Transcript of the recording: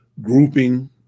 grouping